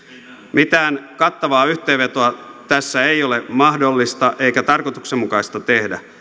mitään kattavaa yhteenvetoa tässä ei ole mahdollista eikä tarkoituksenmukaista tehdä